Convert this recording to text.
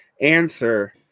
answer